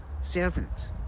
Servant